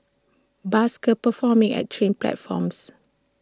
buskers performing at train platforms